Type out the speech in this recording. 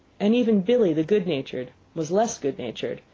and even billee, the good-natured, was less good-natured,